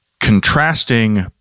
contrasting